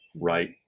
right